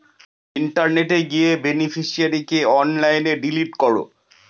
ইন্টারনেটে গিয়ে বেনিফিশিয়ারিকে অনলাইনে ডিলিট করো